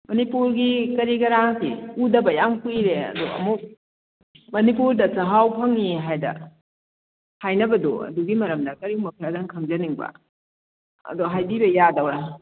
ꯃꯅꯤꯄꯨꯔꯒꯤ ꯀꯔꯤ ꯀꯔꯥꯁꯤ ꯎꯗꯕ ꯌꯥꯝ ꯀꯨꯏꯔꯦ ꯑꯗꯣ ꯑꯃꯨꯛ ꯃꯅꯤꯄꯨꯔꯗ ꯆꯥꯛꯍꯥꯎ ꯐꯪꯏ ꯍꯥꯏꯅ ꯍꯥꯏꯅꯕꯗꯨ ꯑꯗꯨꯒꯤ ꯃꯔꯝꯗ ꯀꯔꯤꯒꯨꯝꯕ ꯈꯔꯗꯪ ꯈꯪꯖꯅꯤꯡꯕ ꯑꯗꯣ ꯍꯥꯏꯕꯤꯕ ꯌꯥꯗꯧꯔꯥ